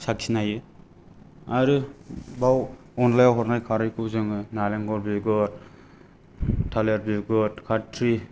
साखिनायो आरो बाव अन्दलायाव हरनाय खारैखौ जोङो नारेंखल बिगुर थालिर बिगुर खाथ्रि